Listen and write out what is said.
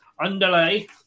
Underlay